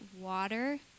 water